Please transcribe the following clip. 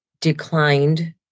declined